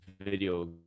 video